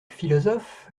philosophe